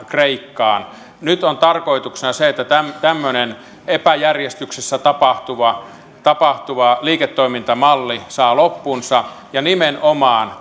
kreikkaan nyt on tarkoituksena se että tämmöinen epäjärjestyksessä tapahtuva tapahtuva liiketoimintamalli saa loppunsa ja nimenomaan